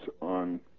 on